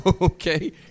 Okay